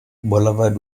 boulevard